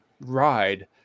ride